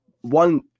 one